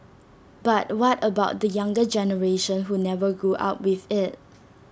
but what about the younger generation who never grew up with IT